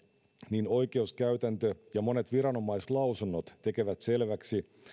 niin oikeuskäytäntö ja monet viranomaislausunnot tekevät selväksi